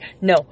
no